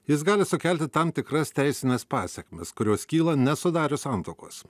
jis gali sukelti tam tikras teisines pasekmes kurios kyla nesudarius santuokos